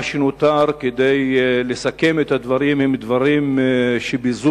מה שנותר כדי לסכם את הדברים זה דברים שבזוטות,